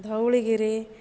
Dhauligiri